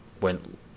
went